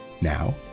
Now